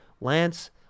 Lance